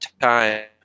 time